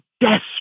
desperate